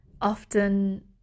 Often